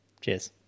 Cheers